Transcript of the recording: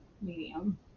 medium